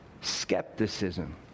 Skepticism